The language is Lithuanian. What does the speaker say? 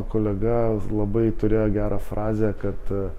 kolega labai turėjo gerą frazę kad